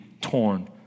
torn